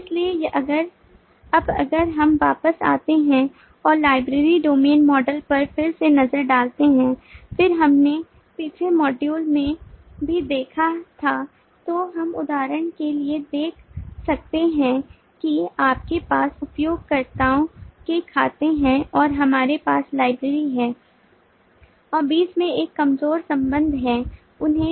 इसलिए अब अगर हम वापस जाते हैं और लाइब्रेरी डोमेन मॉडल पर फिर से नज़र डालते हैं जिसे हमने पिछले मॉड्यूल में भी देखा था तो हम उदाहरण के लिए देख सकते हैं कि आपके पास उपयोगकर्ताओं के खाते हैं और हमारे पास लाइब्रेरी है और बीच में एक कमजोर संबंध है उन्हें